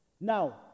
Now